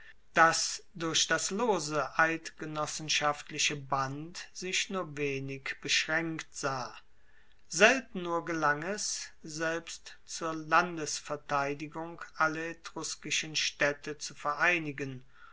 das durch das lose eidgenossenschaftliche band sich nur wenig beschraenkt sah selten nur gelang es selbst zur landesverteidigung alle etruskischen staedte zu vereinigen